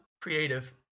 Creative